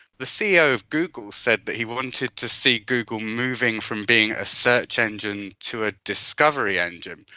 the ceo of google said that he wanted to see google moving from being a search engine to a discovery engine,